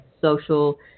social